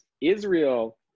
Israel